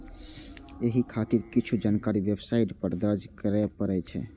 एहि खातिर किछु जानकारी वेबसाइट पर दर्ज करय पड़ै छै